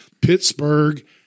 Pittsburgh